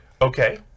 Okay